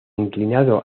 inclinado